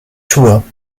tour